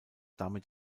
damit